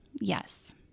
yes